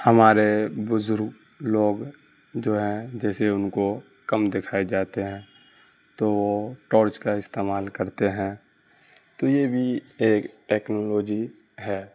ہمارے بزرگ لوگ جو ہیں جیسے ان کو کم دکھائی جاتے ہیں تو وہ ٹارچ کا استعمال کرتے ہیں تو یہ بھی ایک ٹیکنالوجی ہے